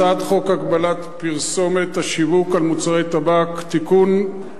הצעת חוק הגבלת הפרסומת והשיווק של מוצרי טבק (תיקון,